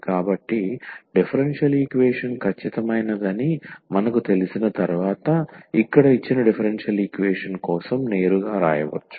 కాబట్టి differential equation ఖచ్చితమైనదని మనకు తెలిసిన తర్వాత ఇక్కడ ఇచ్చిన డిఫరెన్షియల్ ఈక్వేషన్ కోసం నేరుగా వ్రాయవచ్చు